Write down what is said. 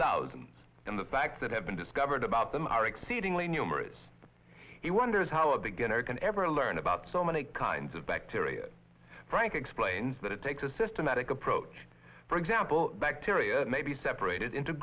thousands and the facts that have been discovered about them are exceedingly numerous he wonders how a beginner can ever learn about so many kinds of bacteria frank explains that it takes a systematic approach for example bacteria may be separated into